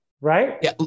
right